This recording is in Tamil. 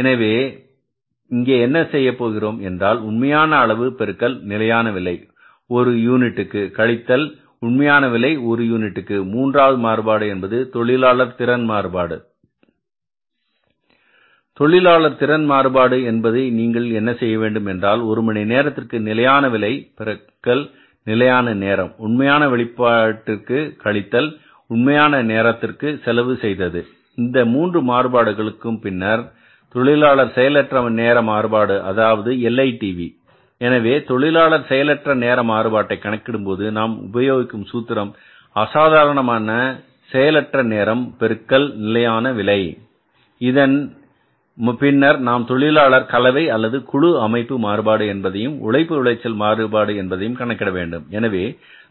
எனவே இங்கே என்ன செய்கிறோம் என்றால் உண்மையான அளவு பெருக்கல் நிலையான விலை ஒரு யூனிட்டுக்கு கழித்தல் உண்மையான விலை ஒரு யூனிட்டுக்கு மூன்றாவது மாறுபாடு என்பது தொழிலாளர் திறன் மாறுபாடு தொழிலாளர் திறன் மாறுபாடு என்பதற்கு நீங்கள் என்ன செய்ய வேண்டும் என்றால் ஒரு மணி நேரத்திற்கு நிலையான விலை பெருக்கல் நிலையான நேரம் உண்மையான வெளிப்பாட்டிற்கு கழித்தல் உண்மையான நேரத்திற்கு செலவு செய்தது இந்த 3 மாறுபாடுகளும் பின்னர் தொழிலாளர் செயலற்ற நேர மாறுபாடு அதாவது LITV எனவே தொழிலாளர் செயலற்ற நேர மாறுபாட்டை கணக்கிடும்போது நாம் உபயோகிக்கும் சூத்திரம் அசாதாரணமான செயலற்ற நேரம் பெருக்கல் நிலையான விலை LITV இதன்பின்னர் நாம் தொழிலாளர்கள் கலவை அல்லது குழு அமைப்பு மாறுபாடு என்பதையும் உழைப்பு விளைச்சல் மாறுபாடு என்பதையும் கணக்கிட வேண்டும் எனவே